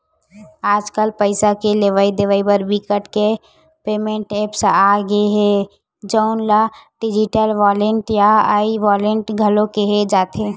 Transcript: आजकल पइसा के लेवइ देवइ बर बिकट के पेमेंट ऐप्स आ गे हे जउन ल डिजिटल वॉलेट या ई वॉलेट घलो केहे जाथे